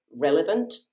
relevant